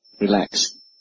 relax